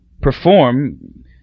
perform